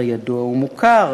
הרי ידוע ומוכר,